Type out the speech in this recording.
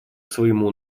своему